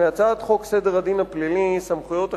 מהצעת חוק סדר הדין הפלילי (סמכויות אכיפה,